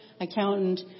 accountant